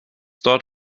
dort